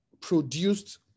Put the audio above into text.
produced